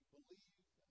believe